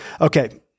Okay